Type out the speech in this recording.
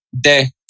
de